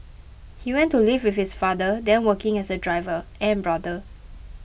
he went to live with his father then working as a driver and brother